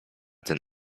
ten